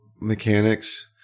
mechanics